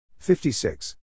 56